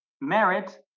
Merit